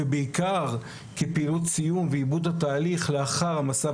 ובעיקר כפעילות סיום ועיבוד התהליך לאחר המסע.